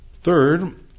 Third